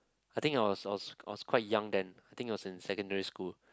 I think I was I was I was quite young then I think was in secondary school